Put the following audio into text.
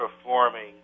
performing